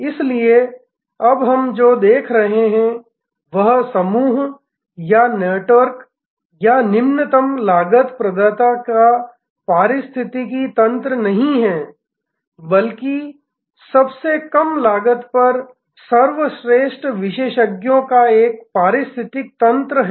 इसलिए अब हम जो देख रहे हैं वह समूह या नेटवर्क या निम्नतम लागत प्रदाता का पारिस्थितिकी तंत्र नहीं है बल्कि सबसे कम लागत पर सर्वश्रेष्ठ विशेषज्ञों का एक पारिस्थितिकी तंत्र है